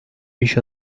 i̇ş